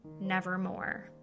nevermore